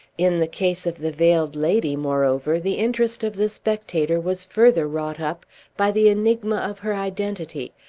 in the case of the veiled lady, moreover, the interest of the spectator was further wrought up by the enigma of her identity,